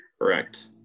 Correct